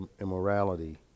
immorality